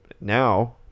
now